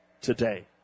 today